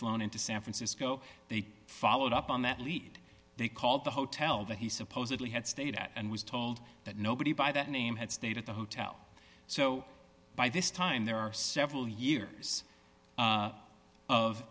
flown into san francisco they followed up on that lead they called the hotel that he supposedly had stayed at and was told that nobody by that name had stayed at the hotel so by this time there are several years